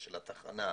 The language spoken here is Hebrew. של התחנה,